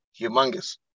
humongous